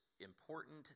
important